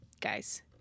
guys